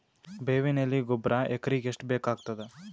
ಬೇವಿನ ಎಲೆ ಗೊಬರಾ ಎಕರೆಗ್ ಎಷ್ಟು ಬೇಕಗತಾದ?